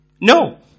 No